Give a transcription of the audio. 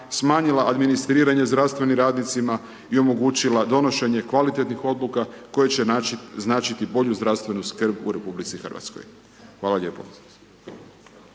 smanjila administriranje zdravstvenim radnicima i omogućila donošenje kvalitetnih odluka koji će značiti bolju zdravstvenu skrb u RH. Hvala lijepo.